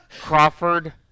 Crawford